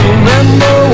Remember